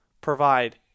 provide